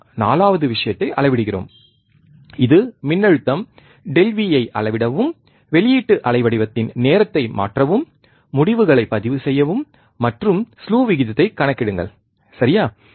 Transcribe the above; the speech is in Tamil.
நாம் 4 வது விஷயத்தை அளவிடுகிறோம் இது மின்னழுத்தம் ΔV ஐ அளவிடவும் வெளியீட்டு அலைவடிவத்தின் நேரத்தை மாற்றவும் முடிவுகளைப் பதிவு செய்யவும் மற்றும் ஸ்லூ விகிதத்தைக் கணக்கிடுங்கள் சரியா